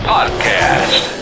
Podcast